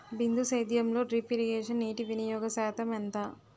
బిందు సేద్యంలో drip irrigation నీటివినియోగ శాతం ఎంత?